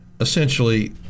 essentially